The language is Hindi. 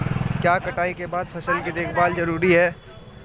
क्या कटाई के बाद फसल की देखभाल जरूरी है?